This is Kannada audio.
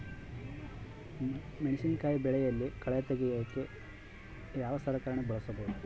ಮೆಣಸಿನಕಾಯಿ ಬೆಳೆಯಲ್ಲಿ ಕಳೆ ತೆಗಿಯೋಕೆ ಯಾವ ಸಲಕರಣೆ ಬಳಸಬಹುದು?